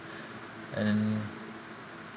and